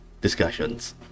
discussions